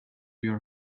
your